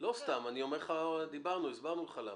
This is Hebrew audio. לא סתם, דיברנו והסברנו לך למה.